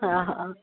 हा हा